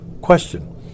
Question